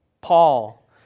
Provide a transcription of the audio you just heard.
Paul